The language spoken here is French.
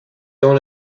dans